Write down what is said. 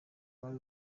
rwari